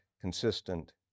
consistent